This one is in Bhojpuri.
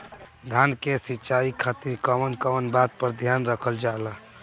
धान के सिंचाई खातिर कवन कवन बात पर ध्यान रखल जा ला?